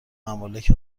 ممالک